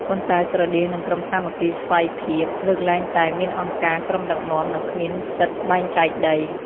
ប៉ុន្តែស្រដៀងនឹងក្រុមសាមគ្គីស្វ័យភាព លើកលែងតែមានអង្គការក្រុមដឹកនាំ និងគ្មានសិទ្ធិបែងចែកដី។